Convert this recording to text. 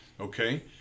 Okay